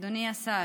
אדוני השר,